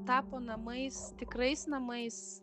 tapo namais tikrais namais